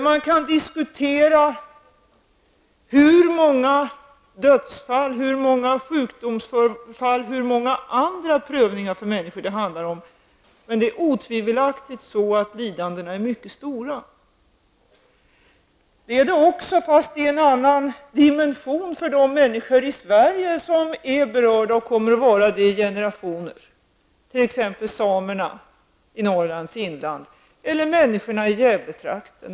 Man kan diskutera hur många dödsfall, sjukdomsfall och hur många andra prövningar för människor det handlar om, men lidandena är otvivelaktigt mycket stora. Lidandena är också stora, fast de har en annan dimension, för de människor i Sverige som är berörda och kommer att vara berörda i generationer, t.ex. samerna i Norrlands inland och människorna i Gävletrakten.